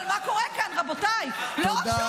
אבל מה קורה כאן, רבותיי -- תודה רבה.